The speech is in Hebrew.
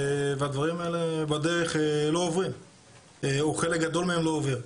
והדברים האלה בדרך לא עוברים או חלק גדול מהם לא עובר.